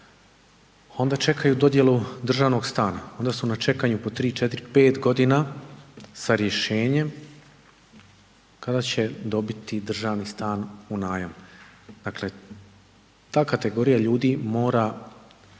onda čekaju dodjelu državnog stana, onda su na čekanju po 3,4,5 godina sa rješenjem kada će dobiti državni stan u najam. Dakle, ta kategorija ljudi mora